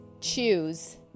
choose